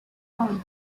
laurens